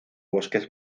bosques